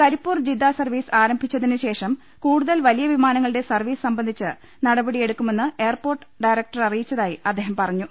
Karipur Jeddah service ആരംഭി ച്ചതിനു ശേഷം കൂടുതൽ വലിയ വിമാനങ്ങളുടെ സർവീസ് സംബ ന്ധിച്ച് നടപടി എടുക്കുമെന്ന് എയർപോർട്ട് ഡയറക്ടർ അറിയിച്ച തായി അദ്ദേഹം പറഞ്ഞു